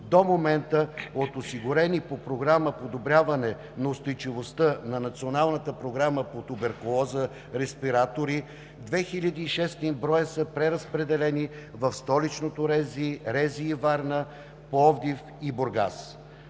До момента от осигурените по Програма „Подобряване на устойчивостта“ на Националната програма по туберкулоза респиратори 2600 броя са преразпределени в Столично РЗИ, РЗИ – Варна, Пловдив и Бургас.